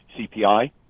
CPI